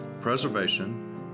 preservation